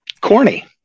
corny